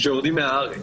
שיורדים מהארץ.